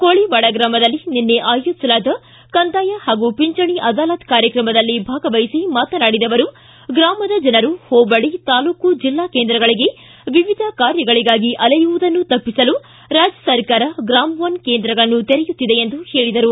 ಕೋಳಿವಾಡ ಗ್ರಾಮದಲ್ಲಿ ನಿನ್ನೆ ಆಯೋಜಿಸಲಾದ ಕಂದಾಯ ಹಾಗೂ ಪಿಂಚಣಿ ಅದಾಲತ್ ಕಾರ್ಯತ್ರಮದಲ್ಲಿ ಭಾಗವಹಿಸಿ ಮಾತನಾಡಿದ ಅವರು ಗ್ರಾಮದ ಜನರು ಹೋಬಳಿ ತಾಲೂಕು ಜಿಲ್ಲಾ ಕೇಂದ್ರಗಳಿಗೆ ವಿವಿಧ ಕಾರ್ಯಗಳಿಗಾಗಿ ಅಲೆಯುವುದನ್ನು ತಪ್ಪಿಸಲು ರಾಜ್ಯ ಸರ್ಕಾರ ಗ್ರಾಮ ಒನ್ ಕೇಂದ್ರಗಳನ್ನು ತೆರೆಯುತ್ತಿದೆ ಎಂದು ಹೇಳಿದರು